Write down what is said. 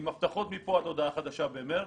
עם הבטחות מפה ועד הודעה חדשה במרץ,